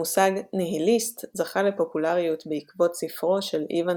המושג "ניהיליסט" זכה לפופולריות בעקבות ספרו של איוון